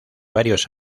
varios